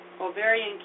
ovarian